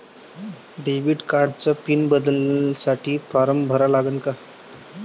Debit कार्डचा pin बदलासाठी form कसा भरा लागन?